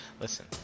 Listen